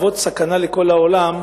סכנה לכל העולם,